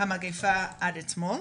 המגפה עד אתמול.